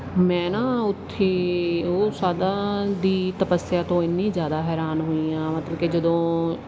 ਮੈਂ ਨਾ ਉੱਥੇ ਉਹ ਸਾਧਾ ਦੀ ਤਪੱਸਿਆ ਤੋਂ ਇੰਨੀ ਜ਼ਿਆਦਾ ਹੈਰਾਨ ਹੋਈ ਆ ਮਤਲਬ ਕਿ ਜਦੋਂ